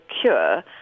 cure